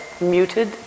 muted